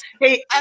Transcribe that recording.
Hey